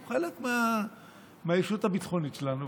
הם חלק מהישות הביטחונית שלנו,